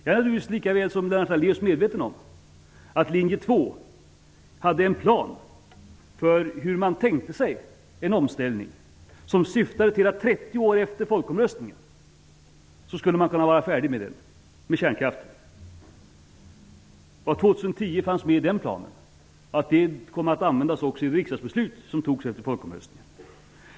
Jag är naturligtvis lika väl som Lennart Daléus medveten om att linje 2 hade en plan för hur man tänkte sig en omställning som syftade till att 30 år efter folkomröstningen skulle man kunna vara färdig med kärnkraften. År 2010 fanns med i den planen och kom också att användas i det riksdagsbeslut som fattades efter folkomröstningen.